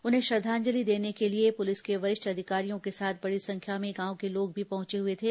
उन्हें श्रद्वांजलि देने के लिए पुलिस के वरिष्ठ अधिकारियों के साथ बड़ी संख्या में गांव के लोग भी पहुंचे थे